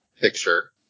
picture